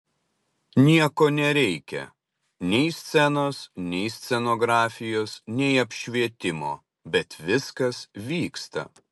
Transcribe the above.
nieko nereikia nei scenos nei scenografijos nei apšvietimo bet viskas vyksta